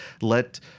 let